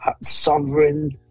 sovereign